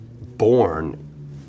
born